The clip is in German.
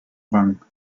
rang